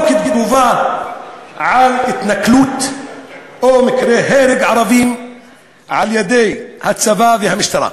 או כתגובה על התנכלות או על מקרה של הרג ערבים על-ידי הצבא והמשטרה.